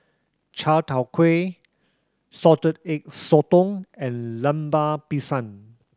chai tow kway Salted Egg Sotong and Lemper Pisang